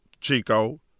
Chico